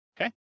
Okay